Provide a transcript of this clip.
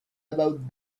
about